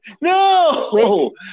No